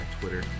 Twitter